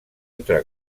entre